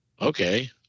okay